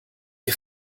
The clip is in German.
ihr